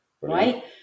right